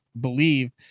believe